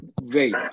Wait